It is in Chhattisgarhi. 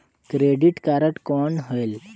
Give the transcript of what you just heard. क्रेडिट कारड कौन होएल?